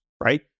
right